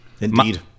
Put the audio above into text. Indeed